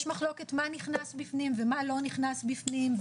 יש מחלוקת מה נכנס בפנים ומה לא נכנס בפנים,